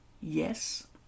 yes